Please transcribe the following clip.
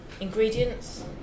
ingredients